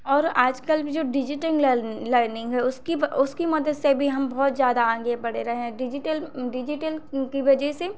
और आजकल भी जो डिजिटल लर्निंग है उसकी उसकी मदद से भी हम बहुत ज़्यादा आगे बढ़ रहे हैं डिजिटल डिजिटल की वजह से